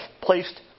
placed